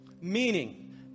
Meaning